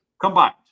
Combined